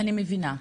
אני מבינה.